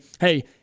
hey